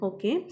Okay